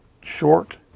short